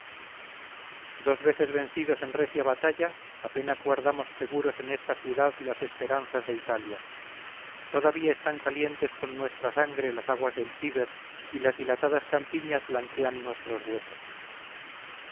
dos veces vencidos en recia batalla apenas guardamos seguros en esta ciudad las esperanzas de italia todavía están calientes con nuestra sangre las aguas del tíber y las dilatadas campiñas blanquean nuestros huesos